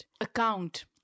account